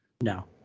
No